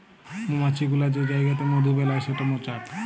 মমাছি গুলা যে জাইগাতে মধু বেলায় সেট মচাক